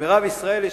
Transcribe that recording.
מירב ישראלי,